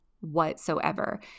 whatsoever